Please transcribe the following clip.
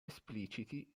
espliciti